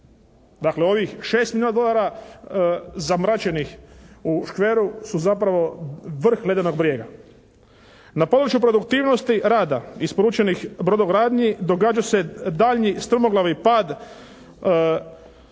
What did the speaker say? Dakle, ovih 6 milijuna dolara zamračenih u škveru su zapravo vrh ledenog brijega. Na području produktivnosti rada isporučenih brodogradnji događa se daljnji strmoglavi pad